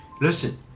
Listen